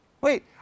Wait